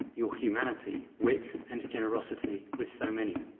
your humanity, wit and generosity with so many.